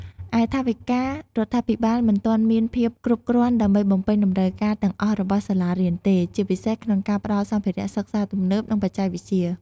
ឯថវិការដ្ឋាភិបាលមិនទាន់មានភាពគ្រប់គ្រាន់ដើម្បីបំពេញតម្រូវការទាំងអស់របស់សាលារៀនទេ ជាពិសេសក្នុងការផ្តល់សម្ភារៈសិក្សាទំនើប និងបច្ចេកវិទ្យា។